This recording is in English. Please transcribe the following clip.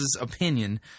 opinion